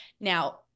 Now